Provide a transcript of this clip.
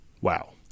Wow